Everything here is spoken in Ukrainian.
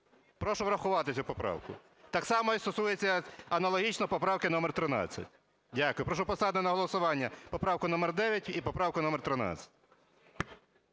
Прошу врахувати цю поправку. Так само стосується аналогічно поправки номер 13. Дякую. Прошу поставити на голосування поправку номер 9 і поправку номер 13.